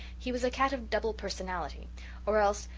he was a cat of double personality or else,